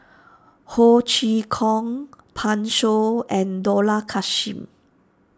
Ho Chee Kong Pan Shou and Dollah Kassim